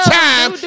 time